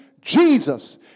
Jesus